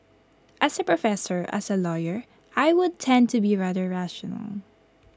as A professor as A lawyer I would tend to be rather rational